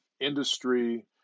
industry